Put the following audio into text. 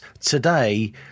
today